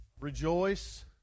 Rejoice